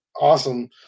awesome